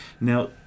Now